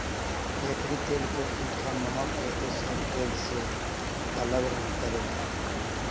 एकरी तेल के तीखा महक एके सब तेल से अलग करेला